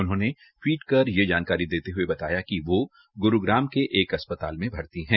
उन्होंने टवीट कर ये जानकारी देते हये बताया कि यो ग़्रूग्राम के एक अस्पताल में भर्ती है